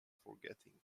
forgetting